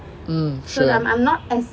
mm sure